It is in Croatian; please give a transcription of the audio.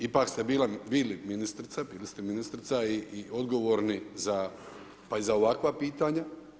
Ipak ste bili ministrica, bili ste ministrica i odgovorni za pa i za ovakva pitanja.